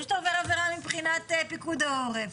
שאתה עובר עבירה מבחינת פיקוד העורף.